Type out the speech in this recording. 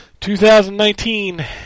2019